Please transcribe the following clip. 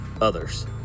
others